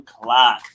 o'clock